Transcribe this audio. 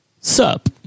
Sup